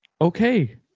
okay